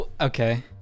Okay